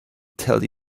tell